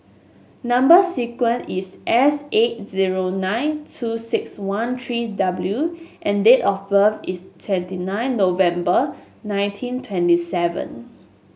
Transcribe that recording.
number sequence is S eight zero nine two six one three W and date of birth is twenty nine November nineteen twenty seven